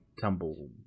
tumble